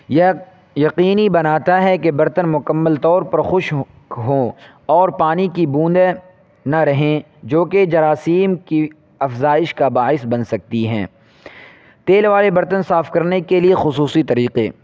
یہ یقینی بناتا ہے کہ برتن مکمل طور پر خشک ہوں اور پانی کی بوندیں نہ رہیں جو کہ جراثیم کی افزائش کا باعث بن سکتی ہیں تیل والے برتن صاف کرنے کے لیے خصوصی طریقے